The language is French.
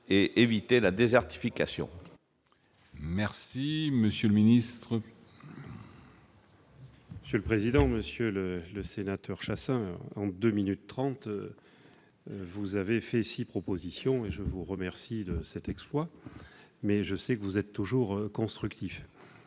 et enrayer la désertification.